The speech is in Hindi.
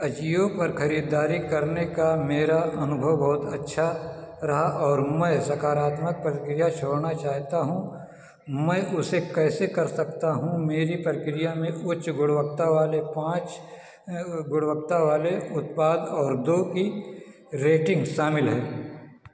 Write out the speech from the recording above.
अजियो पर खरीदारी करने का मेरा अनुभव बहुत अच्छा रहा और मैं सकारात्मक प्रतिक्रिया छोड़ना चाहता हूँ मैं उसे कैसे कर सकता हूँ मेरी प्रतिक्रिया में उच्च गुणवत्ता वाले पाँच गुणवत्ता वाले उत्पाद और की रेटिंग शामिल है